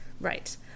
Right